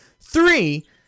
Three